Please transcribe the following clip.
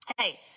hey